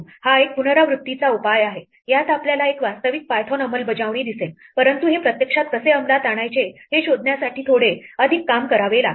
हा एक पुनरावृत्तीचा उपाय आहे यात आपल्याला एक वास्तविक पायथन अंमलबजावणी दिसेल परंतु हे प्रत्यक्षात कसे अंमलात आणायचे हे शोधण्यासाठी थोडे अधिक काम करावे लागेल